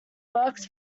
worked